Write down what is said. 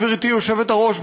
גברתי היושבת-ראש,